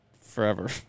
forever